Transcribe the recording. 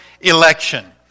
election